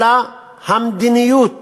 אלא המדיניות